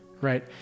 right